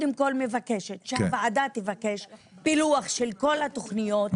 מבקשת שהוועדה תבקש פילוח של כל התוכניות,